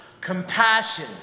Compassion